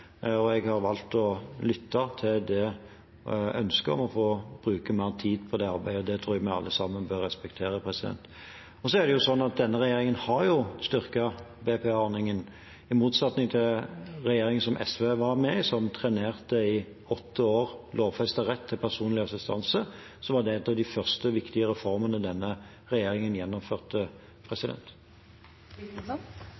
og jeg har valgt å lytte til ønsket om å få bruke mer tid på det arbeidet. Det tror jeg vi alle sammen bør respektere. Det er sånn at denne regjeringen har styrket BPA-ordningen – i motsetning til regjeringen som SV var med i, som i åtte år trenerte lovfestet rett til personlig assistanse. Det var en av de første viktige reformene regjeringen gjennomførte.